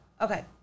Okay